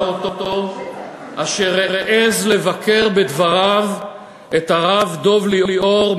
אותו: אשר העז לבקר בדבריו את הרב דב ליאור,